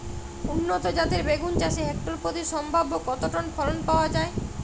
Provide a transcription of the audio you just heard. উন্নত জাতের বেগুন চাষে হেক্টর প্রতি সম্ভাব্য কত টন ফলন পাওয়া যায়?